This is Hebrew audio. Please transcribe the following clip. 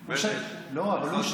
בנט, לא.